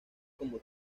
como